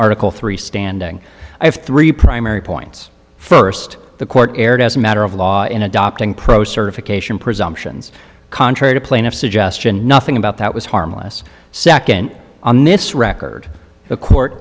article three standing i have three primary points first the court erred as a matter of law in adopting pro certification presumptions contrary to plaintiff's suggestion nothing about that was harmless second on this record the court